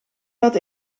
dat